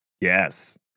Yes